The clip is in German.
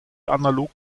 analog